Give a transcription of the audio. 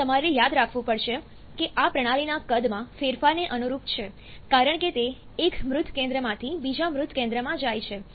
આ તમારે યાદ રાખવું પડશે કે આ પ્રણાલીના કદમાં ફેરફારને અનુરૂપ છે કારણ કે તે એક મૃત કેન્દ્રમાંથી બીજા મૃત કેન્દ્રમાં જાય છે